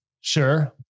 Sure